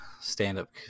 stand-up